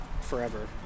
forever